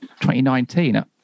2019